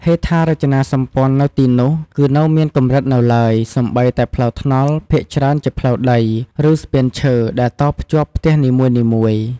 ហេដ្ឋារចនាសម្ព័ន្ធ នៅទីនោះគឺនៅមានកម្រិតនៅឡើយ សូម្បីតែផ្លូវថ្នល់ ភាគច្រើនជាផ្លូវដី ឬស្ពានឈើ ដែលតភ្ជាប់ផ្ទះនីមួយៗ។